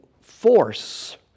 force